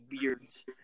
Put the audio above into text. Beards